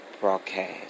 broadcast